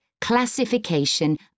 classification